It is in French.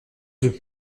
oeufs